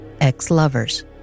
ex-lovers